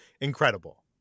incredible